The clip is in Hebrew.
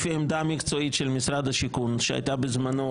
לפי העמדה המקצועית של משרד השיכון שהייתה בזמנו,